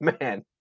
man